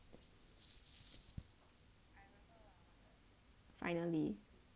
finally